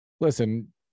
Listen